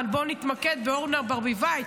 אבל בואו נתמקד באורנה ברביבאי,